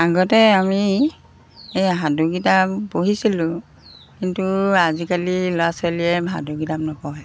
আগতে আমি এই সাধুকিতাপ পঢ়িছিলোঁ কিন্তু আজিকালি ল'ৰা ছোৱালীয়ে সাধুকিতাপ নপঢ়ে